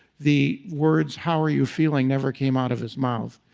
the words, how are you feeling never came out of his mouth.